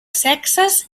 sexes